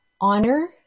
honor